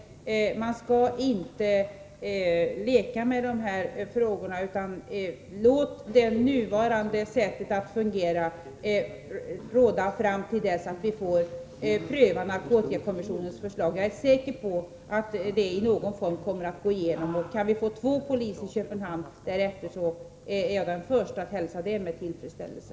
Enligt min mening skall man inte ta alltför lätt på de här frågorna, utan låta den nuvarande ordningen råda fram till dess att vi får pröva narkotikakommissionens förslag. Jag är säker på att det i någon form kommer att gå igenom. Kan vi senare få två poliser placerade i Köpenhamn är jag den första att hälsa det med tillfredsställelse.